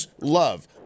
love